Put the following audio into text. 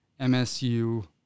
MSU